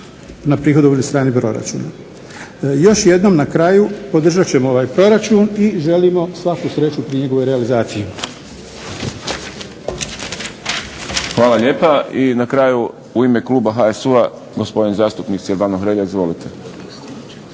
na prihodovnoj strani proračuna. Još jednom na kraju, podržat ćemo ovaj proračun i želimo svaku sreću pri njegovoj realizaciji. **Šprem, Boris (SDP)** Hvala lijepa. I na kraju u ime kluba HSU-a, gospodin zastupnik Silvano Hrelja. Izvolite.